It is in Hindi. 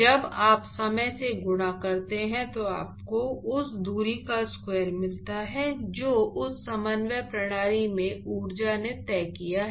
जब आप समय से गुणा करते हैं तो आपको उस दूरी का स्क्वायर मिलता है जो उस समन्वय प्रणाली में ऊर्जा ने तय की है